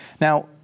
Now